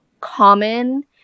common